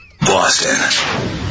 Boston